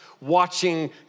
watching